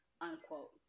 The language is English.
Unquote